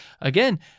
Again